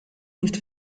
nicht